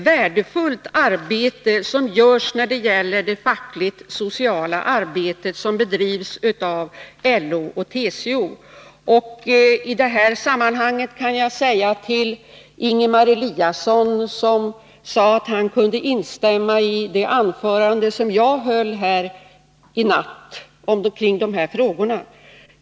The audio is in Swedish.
Vidare tror jag att det fackligt-sociala arbete som LO och TCO bedriver är synnerligen värdefullt. Ingemar Eliasson sade att han kunde instämma i det anförande som jag höll i natt i de här frågorna.